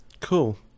Cool